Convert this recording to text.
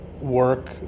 work